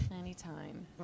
anytime